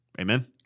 Amen